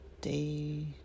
day